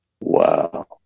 Wow